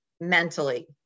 mentally